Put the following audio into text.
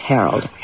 Harold